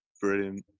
Brilliant